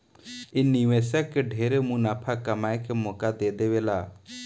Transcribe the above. इ निवेशक के ढेरे मुनाफा कमाए के मौका दे देवेला